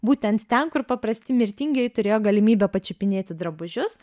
būtent ten kur paprasti mirtingieji turėjo galimybę pačiupinėti drabužius